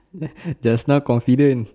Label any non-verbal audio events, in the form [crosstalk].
[noise] just now confident